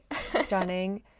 Stunning